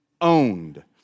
owned